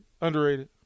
underrated